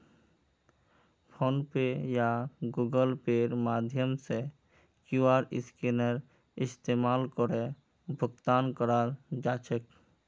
phone पे या Google पेर माध्यम से क्यूआर स्कैनेर इस्तमाल करे भुगतान कराल जा छेक